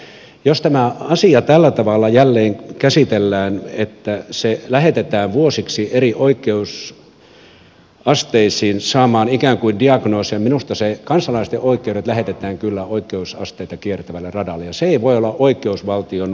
ja jos tämä asia tällä tavalla jälleen käsitellään että se lähetetään vuosiksi eri oikeusasteisiin saamaan ikään kuin diagnoosia minusta kyllä kansalaisten oikeudet lähetetään oikeusasteita kiertävälle radalle ja se ei voi olla oikeusvaltion periaate